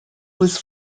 was